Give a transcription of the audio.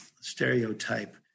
stereotype